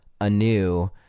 anew